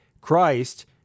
Christ